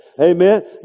Amen